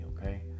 okay